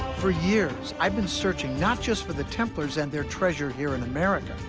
for years, i've been searching not just for the templars and their treasure here in america,